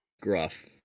gruff